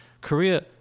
Korea